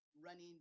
running